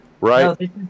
Right